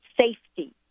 safety